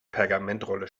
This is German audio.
pergamentrolle